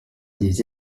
des